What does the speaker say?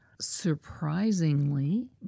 surprisingly